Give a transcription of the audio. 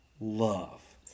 Love